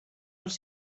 dels